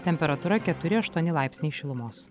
temperatūra keturi aštuoni laipsniai šilumos